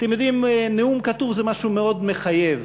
אתם יודעים, נאום כתוב זה משהו מאוד מחייב,